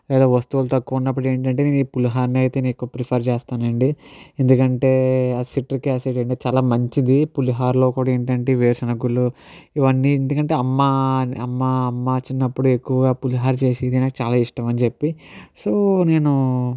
లేదా వస్తువులు తక్కువ ఉన్నప్పుడు ఏంటంటే నేను ఈ పులిహోర అయితే నేను ఎక్కువగా ప్రిఫర్ చేస్తానండి ఎందుకంటే ఆ సిట్రిక్ యాసిడ్ అనేది చాలా మంచిది పులిహోరలో కూడా ఏంటంటే వేరుశనగ గుళ్లు ఇవన్నీ ఎందుకంటే అమ్మ అమ్మ అమ్మ మా చిన్నప్పుడు ఎక్కువగా పులిహోర చేసేది నాకు చాలా ఇష్టం అని చెప్పి సో నేను